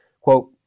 Quote